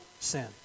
Sin